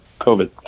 COVID